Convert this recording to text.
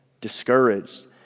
discouraged